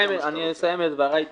אסיים את דבריי תכף.